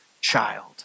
child